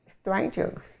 strangers